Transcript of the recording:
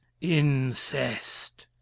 incest